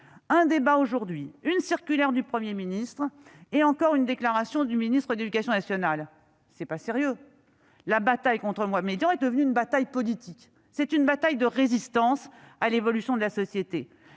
ce débat aujourd'hui, il y a une circulaire du Premier ministre et une déclaration du ministre de l'éducation nationale ... Ce n'est pas sérieux ! La bataille contre le point médian est devenue une bataille politique. C'est une bataille de résistance à l'évolution de la société.